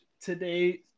today